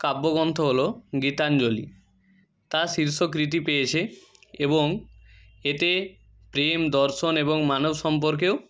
কাব্যগ্রন্থ হল গীতাঞ্জলি তাঁর শীর্ষ কৃতি পেয়েছে এবং এতে প্রেম দর্শন এবং মানব সম্পর্কেও